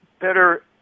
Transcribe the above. better